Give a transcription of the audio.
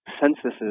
censuses